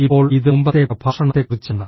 ഇപ്പോൾ ഇത് മുമ്പത്തെ പ്രഭാഷണത്തെക്കുറിച്ചാണ്